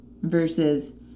Versus